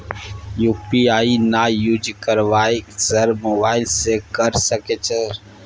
UPI ना use करवाएं sir mobile से कर सके सर?